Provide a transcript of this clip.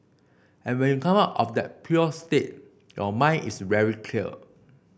and when you come out of that pure state your mind is very clear